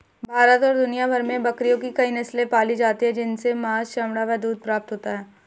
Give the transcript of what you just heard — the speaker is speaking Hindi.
भारत और दुनिया भर में बकरियों की कई नस्ले पाली जाती हैं जिनसे मांस, चमड़ा व दूध प्राप्त होता है